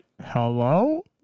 Hello